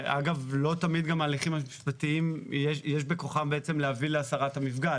ואגב לא תמיד גם ההליכים המשפטיים יש בכוחם להביא להסרת המפגע,